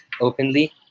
openly